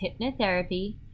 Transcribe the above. hypnotherapy